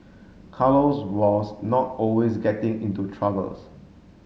Carlos was not always getting into troubles